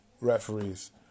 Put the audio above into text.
referees